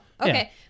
okay